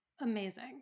Amazing